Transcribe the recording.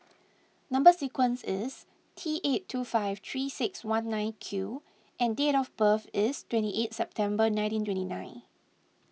Number Sequence is T eight two five three six one nine Q and date of birth is twenty eighth September nineteen twenty nine